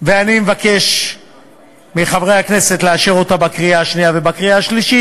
ואני מבקש מחברי הכנסת לאשר אותה בקריאה שנייה ובקריאה שלישית.